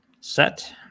Set